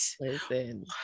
listen